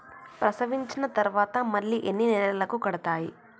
ప్రసవించిన తర్వాత మళ్ళీ ఎన్ని నెలలకు కడతాయి?